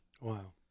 Wow